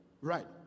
right